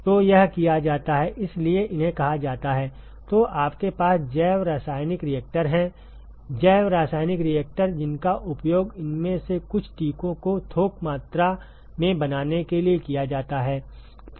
तो यह किया जाता हैइसलिए इन्हें कहा जाता हैतो आपके पास जैव रासायनिक रिएक्टर हैं जैव रासायनिक रिएक्टर जिनका उपयोग इनमें से कुछ टीकों को थोक मात्रा में बनाने के लिए किया जा सकता है